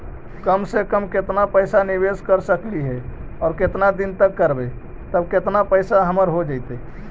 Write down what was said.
कम से कम केतना पैसा निबेस कर सकली हे और केतना दिन तक करबै तब केतना पैसा हमर हो जइतै?